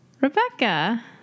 Rebecca